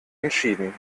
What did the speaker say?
entschieden